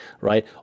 right